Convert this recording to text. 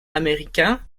américains